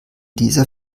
dieser